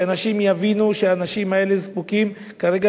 שאנשים יבינו שהאנשים האלה זקוקים כרגע